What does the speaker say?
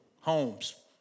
Homes